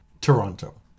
Toronto